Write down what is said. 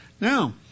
now